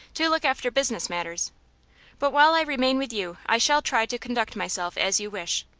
to look after business matters but while i remain with you i shall try to conduct myself as you wish.